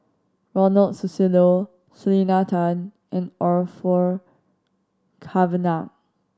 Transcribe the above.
Ronald Susilo Selena Tan and Orfeur Cavenagh